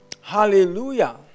Hallelujah